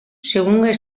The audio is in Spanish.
según